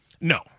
No